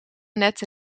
nette